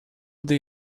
they